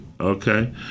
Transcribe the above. okay